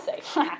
say